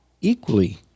equally